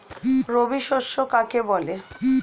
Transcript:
রবি শস্য কাকে বলে?